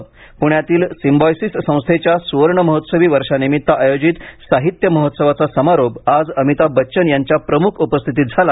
प्ण्यातील सिंबायोसिस संस्थेच्या स्वर्णमहोत्सवी वर्षानिमित्त आयोजित साहित्य महोत्सवाचा समारोप आज अमिताभ बच्चन यांच्या प्रमुख उपस्थितीत झाला